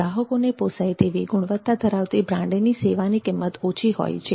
ગ્રાહકોને પોસાય તેવી ગુણવત્તા ધરાવતી બ્રાન્ડની સેવાની કિંમત ઓછી હોય છે